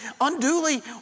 unduly